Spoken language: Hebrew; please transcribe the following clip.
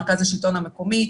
מרכז השלטון המקומי,